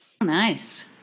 nice